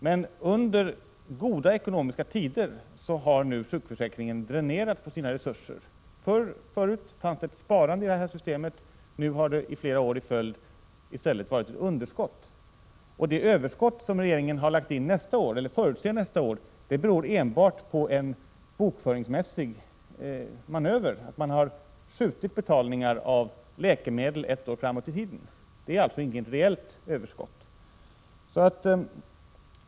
Men under goda ekonomiska tider har nu sjukförsäkringen dränerats på sina resurser. Tidigare fanns det ett sparande i det här systemet, men nu har det i stället under flera år i följd varit ett underskott. Det överskott som regeringen förutser för nästa år beror enbart på en bokföringsmässig manöver; man har skjutit betalningar av läkemedel ett år framåt i tiden. Det är alltså inget reellt överskott.